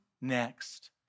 next